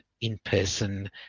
in-person